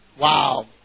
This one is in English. Wow